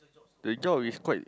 the job is quite